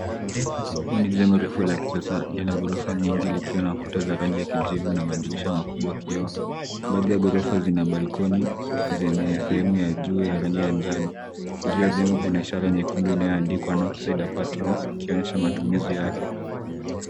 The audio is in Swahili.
Hili ni jengo refu la kisasa lina gorofa nyingi likiwa na kuta za rangi ya kijivu na madirisha makubwa ya kioo, baadhi ya ghorofa zina (cs)balkoni(cs), zenye sehemu ya juu ya rangi ya njano. Juu ya jengo kuna ishara nyekundu iliyoandikwa (cs)Northside Departments(cs), ikionyesha matumizi yake.